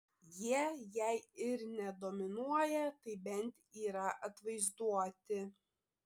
jie jei ir ne dominuoja tai bent yra atvaizduoti